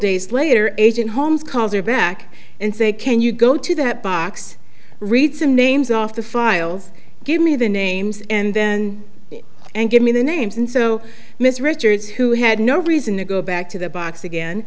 days later agent holmes calls her back and say can you go to that box read some names off the files give me the names and then and give me the names and so miss richards who had no reason to go back to the box again